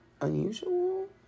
unusual